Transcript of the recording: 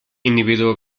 individuo